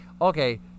okay